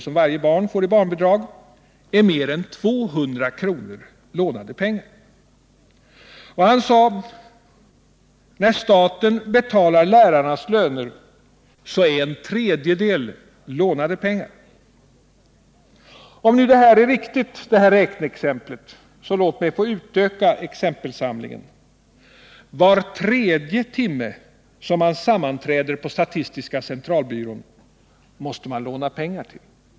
som varje barn får i barnbidrag är mer än 200 kr. lånade pengar. Han sade att när staten betalar lärarnas löner är en tredjedel lånade pengar. Om detta är riktigt ber jag att få utöka exempelsamlingen. Var tredje sammanträdestimme på statistiska centralbyrån måste man låna pengar till.